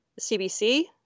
CBC